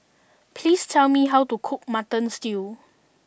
please tell me how to cook Mutton Stew